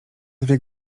dwie